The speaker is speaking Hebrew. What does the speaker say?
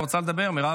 רוצה לדבר, מירב?